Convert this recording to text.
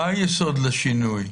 מה היסוד לשינוי?